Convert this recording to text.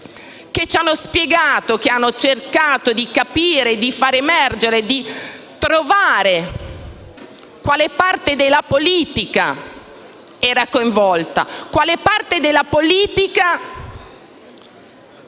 e ci hanno spiegato che hanno cercato di capire, di far emergere, di trovare quale parte della politica fosse coinvolta, quale parte della politica